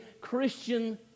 Christian